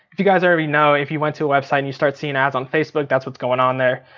if you guys already know if you went to a website and you start seeing ads on facebook that's what's going on there.